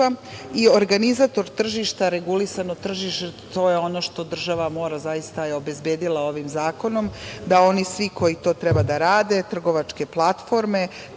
pitanju. Organizator tržišta, regulisano tržište to je ono što država mora, a zaista je obezbedila ovim zakonom, da svi oni koji to treba da rade, trgovačke platforme,